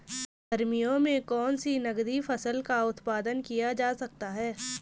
गर्मियों में कौन सी नगदी फसल का उत्पादन किया जा सकता है?